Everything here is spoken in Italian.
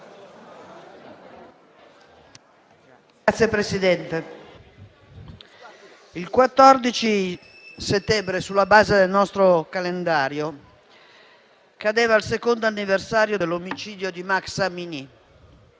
il 14 settembre, sulla base del nostro calendario, cadeva il secondo anniversario dell'omicidio di Mahsa Amini.